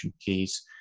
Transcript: keys